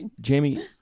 Jamie